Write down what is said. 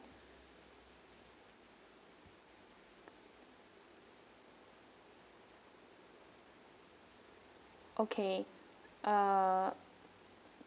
okay uh